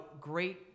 great